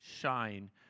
shine